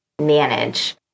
manage